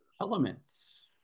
Elements